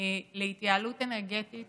להתייעלות אנרגטית